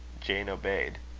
jane obeyed.